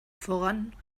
voran